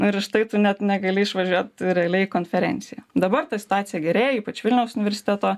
na ir štai tu net negali išvažiuot realiai į konferenciją dabar ta situacija gerėja ypač vilniaus universiteto